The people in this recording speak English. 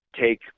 take